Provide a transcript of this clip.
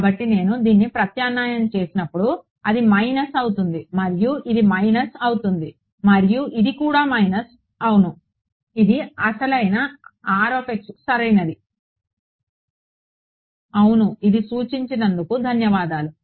కాబట్టి నేను దీన్ని ప్రత్యామ్నాయం చేసినప్పుడు ఇది మైనస్ అవుతుంది మరియు ఇది మైనస్ అవుతుంది మరియు ఇది కూడా మైనస్ అవును ఇది అసలైన R x సరైనది అవును ఇది సూచించినందుకు ధన్యవాదాలు